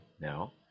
now